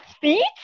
feet